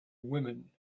women